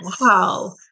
wow